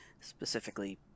specifically